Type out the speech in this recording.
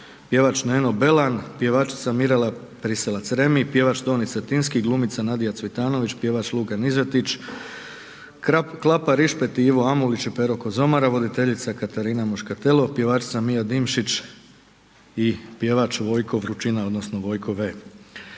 pjevač Neno Belan, pjevačica Mirela Priselac-Remi, pjevač Toni Cetinski, glumica Nadija Cvitanović, pjevač Luka Nižetić, Klapa Rišpet i Ivo Amulić i Pero Kozomara, voditeljica Katarina Muškatelo, pjevačica Mija Dimšić i pjevač Vojko Vručina, odnosno Vojko V.